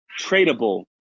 tradable